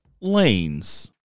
lanes